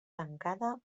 tancada